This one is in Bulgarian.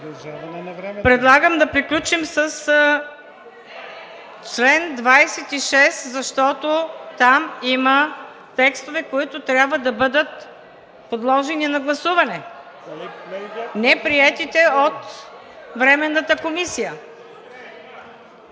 Предлагам да приключим с чл. 26, защото там има текстове, които трябва да бъдат подложени на гласуване – неприетите от Временната комисия.